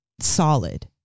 solid